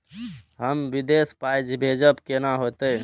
हम विदेश पाय भेजब कैना होते?